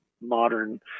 modern